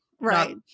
right